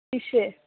কীসে